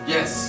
Yes